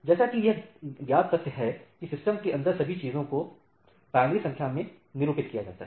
जैसा कि यह ज्ञात तथ्य है की सिस्टम के अंदर सभी चीजों को बाईनरी संख्या के रूप में निरूपित किया जाता है